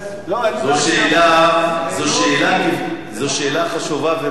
זו שאלה חשובה וראויה.